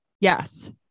Yes